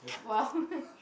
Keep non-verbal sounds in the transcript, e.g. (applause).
!wow! (laughs)